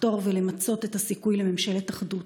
לחתור ולמצות את הסיכוי לממשלת אחדות.